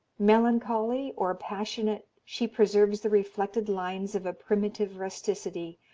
melancholy or passionate she preserves the reflected lines of a primitive rusticity,